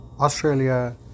Australia